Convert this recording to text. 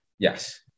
Yes